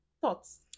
thoughts